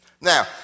Now